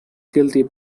guilty